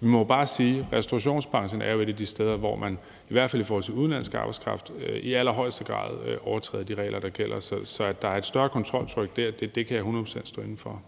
Vi må jo bare sige, at restaurationsbranchen er et af de steder, hvor man i hvert fald i forhold til udenlandsk arbejdskraft i allerhøjeste grad overtræder de regler, der gælder. Så at der er et større kontroltryk der, kan jeg hundrede procent stå inde for.